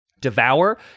devour